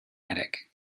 attic